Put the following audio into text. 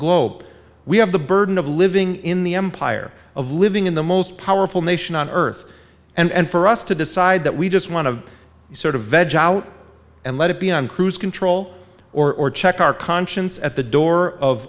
globe we have the burden of living in the empire of living in the most powerful nation on earth and for us to decide that we just want to sort of vege out and let it be on cruise control or check our conscience at the door of